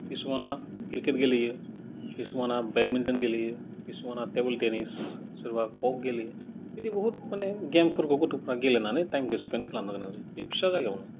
खिसुमानया cricket गेलेयो खिसुमानया badminton गेलेयो खिसुमानया टेबोल टेनिस सोरबा कक गेलेयो बिदि बहुथ मानि गेमफोरखौ गथफोरा गेलेनानै टाइमखौ स्पेइन खालामनो गोनां जायो बे फिसा जायगायावनो